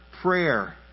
prayer